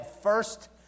first